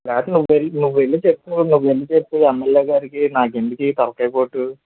లేకపోతే నువ్వు వెళ్ళి నువ్వు వెళ్ళి చెప్పు నువ్వు వెళ్ళి చెప్పు ఎంఎల్ఏ గారికి నాకు ఎందుకి తలకాయ పోటు